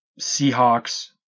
Seahawks